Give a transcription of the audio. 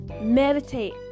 meditate